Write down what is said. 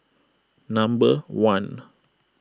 number one